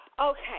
Okay